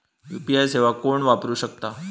UPI सेवा कोण वापरू शकता?